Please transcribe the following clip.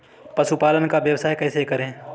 पशुपालन का व्यवसाय कैसे करें?